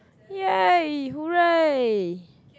yay hooray